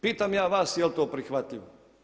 Pitam ja vas jel' to prihvatljivo?